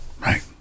right